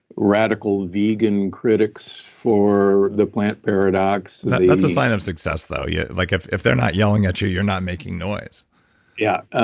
radical vegan critics for the plant paradox, the that's a sign of success though. yeah like if if they're not yelling at you, you're not making noise yeah,